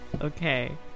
okay